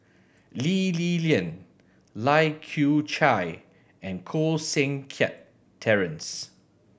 Lee Li Lian Lai Kew Chai and Koh Seng Kiat Terence